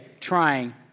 trying